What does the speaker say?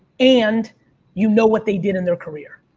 and you know what they did in their career.